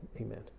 amen